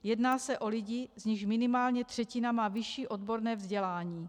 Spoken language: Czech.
Jedná se o lidi, z nichž minimálně třetina má vyšší odborné vzdělání.